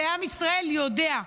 עם ישראל יודע,